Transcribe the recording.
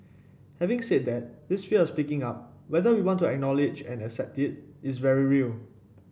having said that this fear of speaking up whether we want to acknowledge and accept it is very real